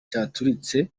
cyaturitse